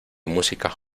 music